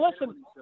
listen